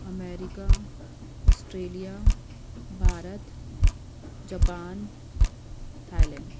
America Australia Bharat Japan Thailand